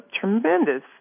tremendous